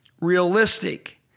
realistic